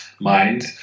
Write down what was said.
mind